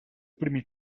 primi